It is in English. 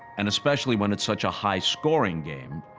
and especially when it's such a high-scoring game,